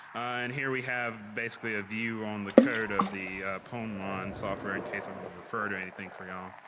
and here we have basically a view on the code of the pwn mon mon software in case i want to refer to anything for y'all.